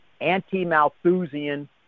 anti-Malthusian